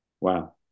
Wow